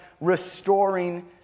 restoring